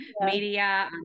media